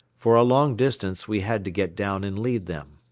for a long distance we had to get down and lead them.